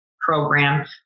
program